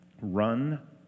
Run